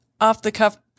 off-the-cuff